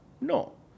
No